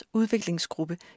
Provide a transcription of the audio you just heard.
udviklingsgruppe